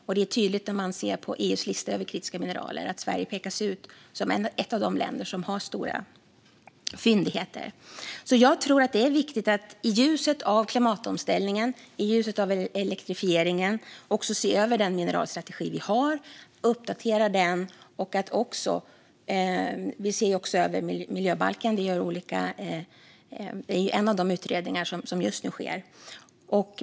Det ser man tydligt i EU:s lista över kritiska mineral, där Sverige pekas ut som ett av de länder som har stora fyndigheter. Jag tror att det är viktigt att i ljuset av klimatomställningen och elektrifieringen se över den mineralstrategi vi har och uppdatera den. Vi ser också över miljöbalken - det är en av de utredningar som just nu pågår.